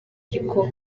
ariko